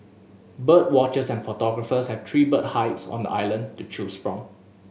bird watchers and photographers have three bird hides on the island to choose from